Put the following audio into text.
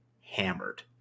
hammered